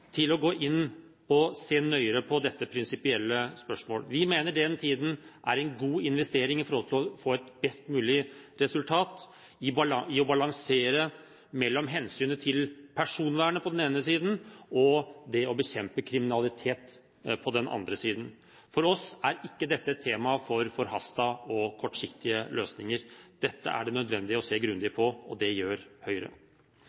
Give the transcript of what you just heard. til å gå inn og se mer nøye på dette prinsipielle spørsmålet. Vi mener den tiden er en god investering, med tanke på å få et best mulig resultat, i å balansere mellom hensynet til personvernet på den ene siden og det å bekjempe kriminalitet på den andre siden. For oss er ikke dette et tema for forhastede og kortsiktige løsninger. Dette er det nødvendig å se grundig på, og det gjør Høyre.